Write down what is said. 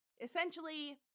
essentially